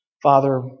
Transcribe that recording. Father